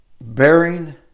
bearing